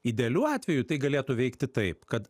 idealiu atveju tai galėtų veikti taip kad